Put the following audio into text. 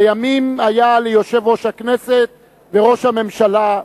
שלימים היה יושב-ראש הכנסת וראש הממשלה,